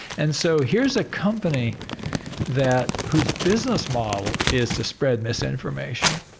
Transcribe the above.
and so here's a company that whose business model is to spread misinformation.